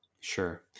Sure